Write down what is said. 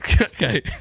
Okay